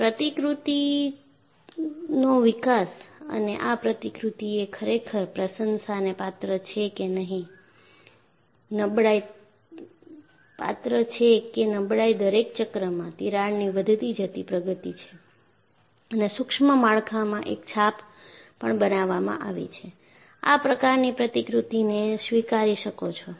પ્રતિકૃતિનો વિકાસ અને આ પ્રતિકૃતિ એ ખરેખર પ્રશંસાને પાત્ર છે કે નબળાઈ દરેક ચક્રમાં તિરાડની વધતી જતી પ્રગતિ છે અને સુક્ષ્મ માળખામાં એક છાપ પણ બનાવવામાં આવી છે આ પ્રકારની પ્રતિકૃતિને સ્વીકારી શકો છો